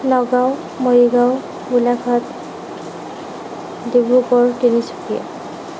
Nagaon Morigaon Golaghat Dibrugarh Tinsukia